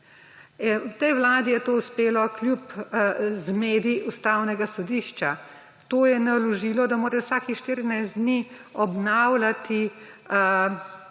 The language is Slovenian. Tej vladi je to uspelo kljub zmedi Ustavnega sodišča. To je naložilo, da mora vsakih 14 dni obnavljati